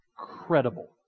incredible